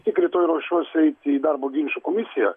tik rytoj ruošiuosi eiti į darbo ginčų komisiją